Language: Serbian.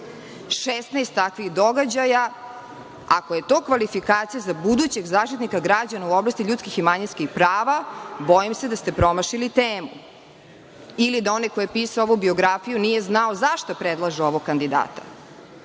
takvih događaja, ako je to kvalifikacija za budućeg zaštitnika građana u oblasti ljudskih i manjinskih prava, bojim ste da ste promašili temu ili da onaj koji je pisao ovu biografiju nije znao za šta predlaže ovog kandidata. Onda